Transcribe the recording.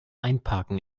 einparken